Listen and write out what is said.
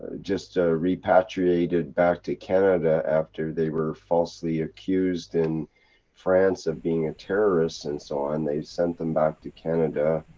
just repatriated back to canada after they were falsely accused in france of being a terrorist and so on, they've sent them back to canada,